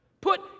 Put